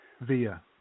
via